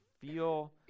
feel